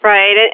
Right